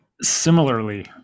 similarly